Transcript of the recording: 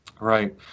Right